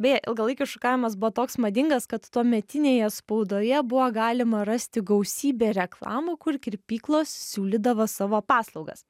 beje ilgalaikis šukavimas buvo toks madingas kad tuometinėje spaudoje buvo galima rasti gausybę reklamų kur kirpyklos siūlydavo savo paslaugas